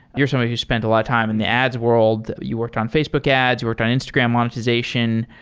you're someone who spent a lot of time in the ads world. you worked on facebook ads. you worked on instagram monetization,